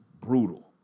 brutal